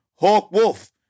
hawkwolf